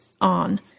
on